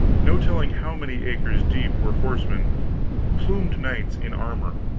no telling how many acres deep, were horsemen plumed knights in armor.